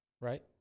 Right